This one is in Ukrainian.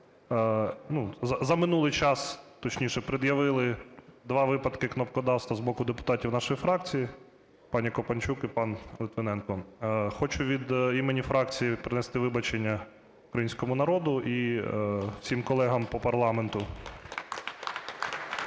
за минулий час, точніше, пред'явили 2 випадки кнопкодавства з боку депутатів нашої фракції пані Копанчук і пан Литвиненко. Хочу від імені фракції принести вибачення українському народу і всім колегам по парламенту. (Оплески)